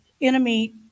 enemy